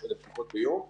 ל-35,000 בדיקות ביום,